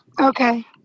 Okay